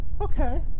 Okay